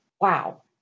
Wow